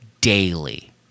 daily